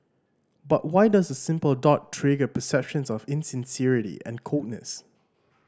but why does a simple dot trigger perceptions of insincerity and coldness